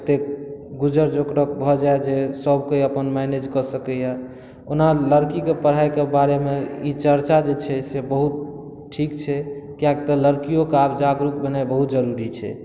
ओतेक गुजर जोकरक भऽ जाइ जे सभ कोइ अपन मैनेज कऽ सकैया ओना लड़कीकेँ पढ़ाइ के बारेमे ई चर्चा जे छै से बहुत ठीक छै किएकि तऽ लड़कियोके आब जागरूक भेनाइ बहुत जरूरी छै